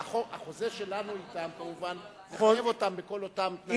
החוזה שלנו אתם כמובן מחייב אותם בכל אותם תנאים.